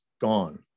gone